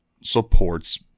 supports